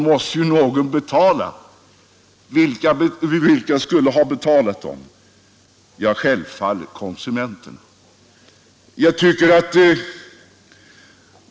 Vilka skulle ha fått göra det? Ja, självfallet konsumenterna.